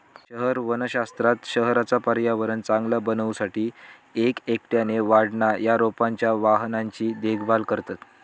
शहर वनशास्त्रात शहराचा पर्यावरण चांगला बनवू साठी एक एकट्याने वाढणा या रोपांच्या वाहनांची देखभाल करतत